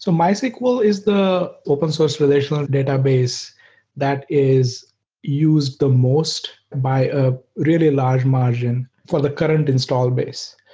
so mysql is the open source relational database that is used the most by a really large margin for the current install base,